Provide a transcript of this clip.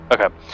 Okay